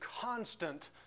constant